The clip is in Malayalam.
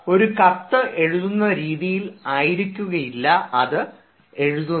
ഒരു കത്ത് എഴുതുന്ന രീതിയിൽ ആയിരിക്കുകയില്ല അത് എഴുതുന്നത്